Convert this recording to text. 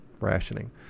rationing